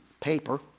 paper